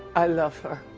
i love her.